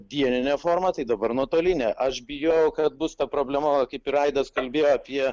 dienine forma tai dabar nuotoline aš bijau kad bus ta problema kaip ir aidas kalbėjo apie